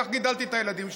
כך גידלתי את הילדים שלי,